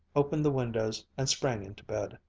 opened the windows, and sprang into bed.